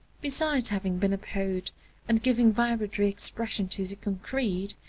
besides having been a poet and giving vibratory expression to the concrete,